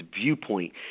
viewpoint